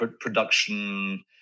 production